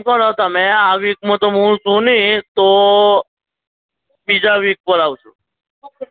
એમ કરો તમે આ વીકમાં મું છું નહીં તો બીજા વીક પર આવજો